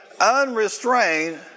unrestrained